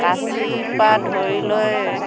কাঁচিৰ পৰা ধৰি লৈ